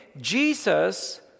Jesus